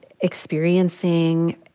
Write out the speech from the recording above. experiencing